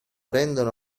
rendono